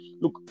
look